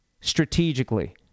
strategically